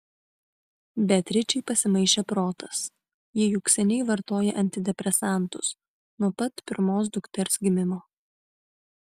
beatričei pasimaišė protas ji juk seniai vartoja antidepresantus nuo pat pirmos dukters gimimo